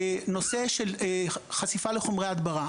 נושא של חשיפה לחומרי הדברה.